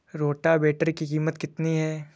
Rotavator की कीमत कितनी है?